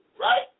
right